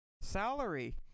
Salary